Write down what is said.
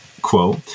quote